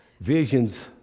Visions